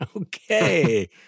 Okay